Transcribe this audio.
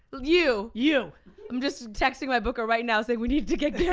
you. you. i'm just texting my booker right now, saying we need to get